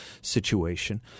situation